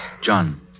John